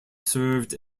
served